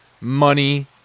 money